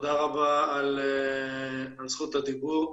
תודה רבה על זכות הדיבור.